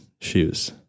shoes